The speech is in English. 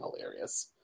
hilarious